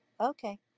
Okay